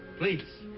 please,